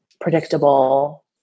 predictable